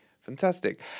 fantastic